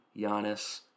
Giannis